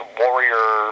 warrior